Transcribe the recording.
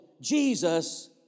Jesus